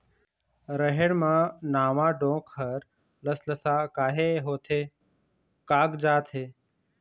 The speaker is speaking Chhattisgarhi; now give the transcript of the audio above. रहेड़ म नावा डोंक हर लसलसा काहे होथे कागजात हे?